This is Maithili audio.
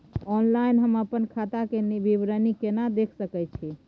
ऑनलाइन हम अपन खाता के विवरणी केना देख सकै छी?